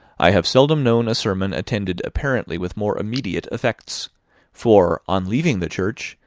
i have seldom known a sermon attended apparently with more immediate effects for, on leaving the church,